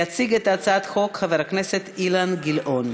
יציג את הצעת החוק חבר הכנסת אילן גילאון.